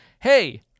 Hey